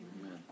Amen